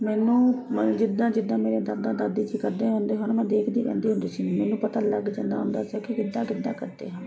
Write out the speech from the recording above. ਮੈਨੂੰ ਜਿੱਦਾਂ ਜਿੱਦਾਂ ਮੇਰੇ ਦਾਦਾ ਦਾਦੀ ਸੀ ਕੱਢਦੇ ਹੁੰਦੇ ਸਨ ਮੈਂ ਦੇਖਦੀ ਰਹਿੰਦੀ ਹੁੰਦੀ ਸੀ ਮੈਨੂੰ ਪਤਾ ਲੱਗ ਜਾਂਦਾ ਹੁੰਦਾ ਸੀ ਕਿੱਦਾਂ ਕਿੱਦਾਂ ਕੱਢਦੇ ਹਨ